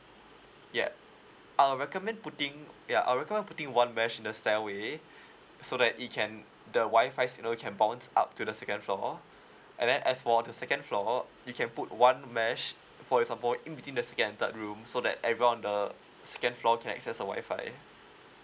yeah I'll recommend putting yeah I'll recommend putting one mesh in the stairway so that it can the WI-FI signal can bounce up to the second floor and then as for the second floor or you can put one mesh for example in between the second and third room so that everyone on the second floor can access the WI-FI